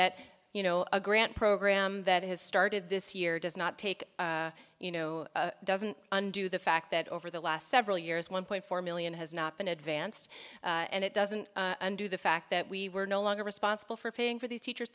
that you know a grant program that has started this year does not take you know doesn't undo the fact that over the last several years one point four million has not been advanced and it doesn't undo the fact that we were no longer responsible for paying for these teachers